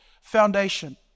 foundation